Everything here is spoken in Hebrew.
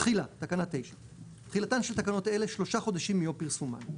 תחילה 9. תחילתן של תקנות אלה שלושה חודשים מיום פרסומן.